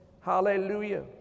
Hallelujah